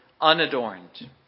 unadorned